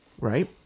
right